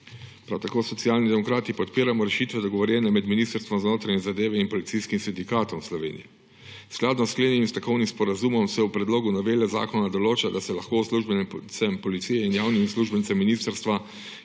Prav tako Socialni demokrati podpiramo rešitve dogovorjene med Ministrstvom za notranje zadeve in Policijskim sindikatom Slovenije. Skladno s sklenjenim stavkovnim sporazumov se v predlogu novele zakona določa, da se lahko uslužbencem policije in javnim uslužbencem ministrstva,